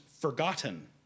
forgotten